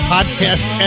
Podcast